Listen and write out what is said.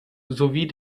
sowie